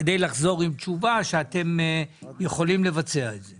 כדי לחזור עם תשובה שאתם יכולים לבצע את זה,